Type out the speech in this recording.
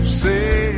say